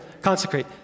consecrate